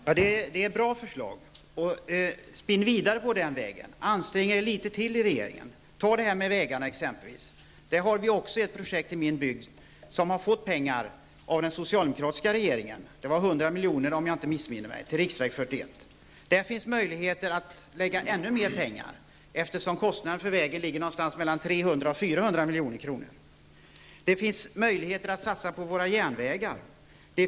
Fru talman! Det är ett bra förslag. Spinn vidare på den vägen. Ansträng er litet till i regeringen. Ta t.ex. vägarna. Där har ett projekt i min hembygd fått pengar av den socialdemokratiska regeringen. Det var 100 milj.kr. till riksväg 41. Där är det möjligt att lägga ner ännu mer pengar, eftersom kostnaderna för vägen beräknas till 300--400 milj.kr. Man kan satsa på våra järnvägar.